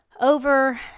over